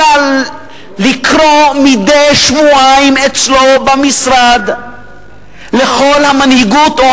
אלא לקרוא מדי שבועיים אליו למשרד לכל המנהיגות או